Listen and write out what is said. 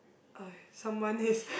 uh someone is